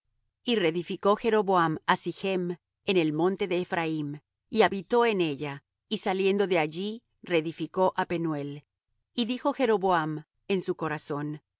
y reedificó jeroboam á sichm en el monte de ephraim y habitó en ella y saliendo de allí reedificó á penuel y dijo jeroboam en su corazón